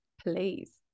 please